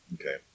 Okay